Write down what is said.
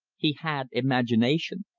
he had imagination.